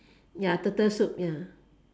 ya turtle soup ya